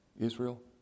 Israel